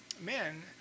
men